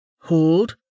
Hold